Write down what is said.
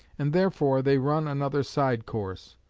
and therefore they run another side course,